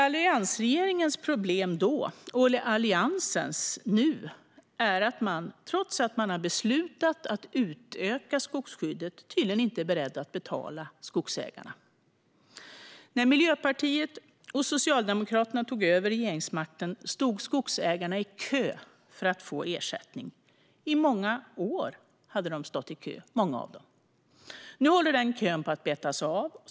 Alliansregeringens problem då, och Alliansens problem nu, är att man, trots att man har beslutat att utöka skogsskyddet, tydligen inte är beredd att betala skogsägarna. När Miljöpartiet och Socialdemokraterna tog över regeringsmakten stod skogsägarna i kö för att få ersättning. Många av dem hade stått i kö i många år. Nu håller den kön på att betas av.